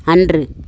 அன்று